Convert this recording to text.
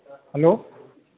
hello